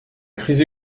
crise